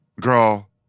Girl